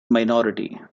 minority